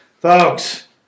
folks